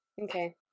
Okay